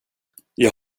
jag